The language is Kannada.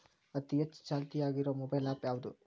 ಅತಿ ಹೆಚ್ಚ ಚಾಲ್ತಿಯಾಗ ಇರು ಮೊಬೈಲ್ ಆ್ಯಪ್ ಯಾವುದು?